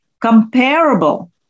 comparable